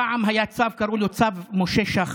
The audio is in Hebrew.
פעם היה צו, קראו לו "צו משה שחל",